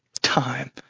time